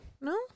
no